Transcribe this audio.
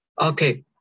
Okay